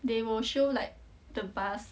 they will show like the bus